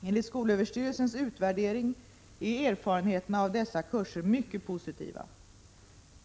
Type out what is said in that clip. Enligt skolöverstyrelsens utvärdering är erfarenheterna från dessa kurser mycket positiva.